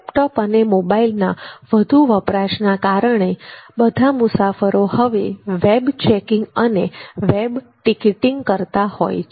laptop અને મોબાઇલના વધુ વપરાશના કારણે બધા મુસાફરો હવે વેબ ચેકિંગ અને વેબ ટિકિટિંગ કરતા હોય છે